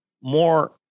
more